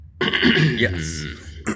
Yes